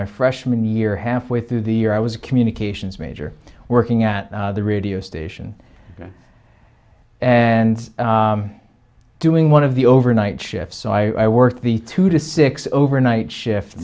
my freshman year halfway through the year i was a communications major working at the radio station and doing one of the overnight shift so i worked the two to six overnight shift